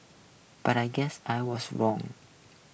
but I guess I was wrong